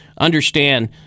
understand